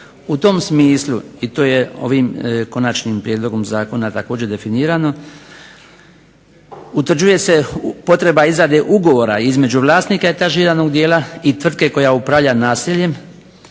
U tom smislu i to je ovim konačnim prijedlogom zakona također definirano, utvrđuje se potreba izrade ugovora između vlasnika etažiranog dijela i tvrtke koja upravlja naseljem